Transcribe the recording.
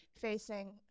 facing